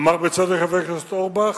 אמר בצדק חבר הכנסת אורבך,